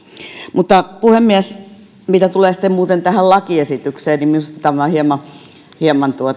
mutta puhemies mitä tulee sitten muuten tähän lakiesitykseen niin minusta tämä on hieman